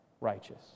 righteous